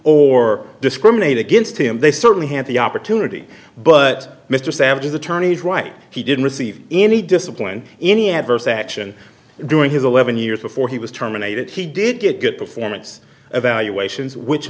or discriminate against him they certainly had the opportunity but mr savage is attorneys right he didn't receive any discipline any adverse action during his eleven years before he was terminated he did get good performance evaluations which